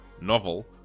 novel